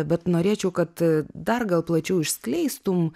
bet norėčiau kad dar gal plačiau išskleistum